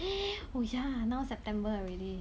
oh yeah now september already